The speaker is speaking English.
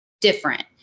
different